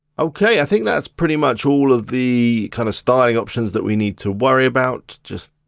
okay, i think that's pretty much all of the kind of styling options that we need to worry about just